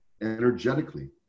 energetically